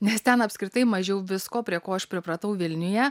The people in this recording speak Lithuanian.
nes ten apskritai mažiau visko prie ko aš pripratau vilniuje